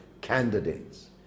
candidates